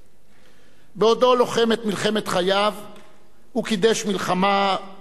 בעודו לוחם את מלחמת חייו הוא קידש מלחמה על המוות עצמו,